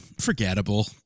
Forgettable